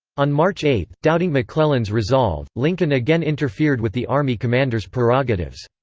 on march eight, doubting mcclellan's resolve, lincoln again interfered with the army commander's prerogatives.